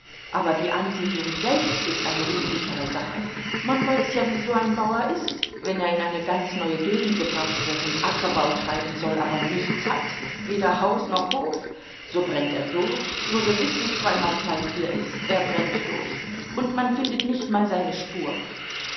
aber die ansiedlung selbst ist eine unsichere sache man weiß ja wie so ein bauer ist wenn er in eine ganz neue gegend gebracht wird und ackerbau treiben soll aber nichts hat weder haus noch hof so brennt er durch so gewiß wie zweimal zwei vier ist er brennt durch und man findet nicht mal seine spur